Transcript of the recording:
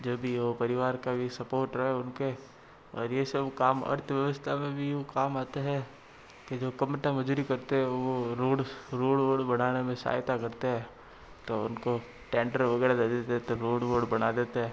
जो भी हो परिवार का भी सपोर्ट रहे उनके और ये सब काम अर्थव्यवस्था में भी यूँ काम आते हैं के जो कमठा मज़दूरी करते हैं वो रोड रोड वोड बनाने में सहायता करते हैं तो उनको टेंडर वगैरह दे देते हैं तो रोड वोड बना देते हैं